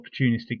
opportunistic